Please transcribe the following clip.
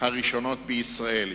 הראשונות בישראל.